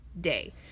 day